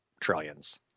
trillions